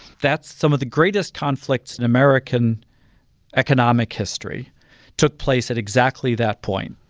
that's some of the greatest conflicts in american economic history took place at exactly that point.